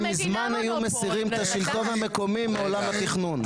הם מזמן היו מסירים את השלטון המקומי מעולם התכנון.